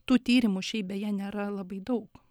tų tyrimu šiaip beje nėra labai daug